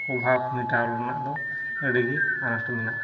ᱚᱵᱷᱟᱵᱽ ᱢᱮᱴᱟᱣ ᱨᱮᱱᱟᱜᱫᱚ ᱟᱹᱰᱤᱜᱮ ᱟᱸᱴ ᱢᱮᱱᱟᱜᱼᱟ